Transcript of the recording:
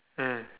mm